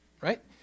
Right